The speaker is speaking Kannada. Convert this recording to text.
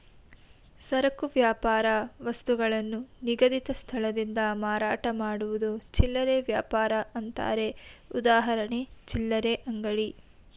ಸರಕು ವ್ಯಾಪಾರ ವಸ್ತುಗಳನ್ನು ನಿಗದಿತ ಸ್ಥಳದಿಂದ ಮಾರಾಟ ಮಾಡುವುದು ಚಿಲ್ಲರೆ ವ್ಯಾಪಾರ ಅಂತಾರೆ ಉದಾಹರಣೆ ಚಿಲ್ಲರೆ ಅಂಗಡಿ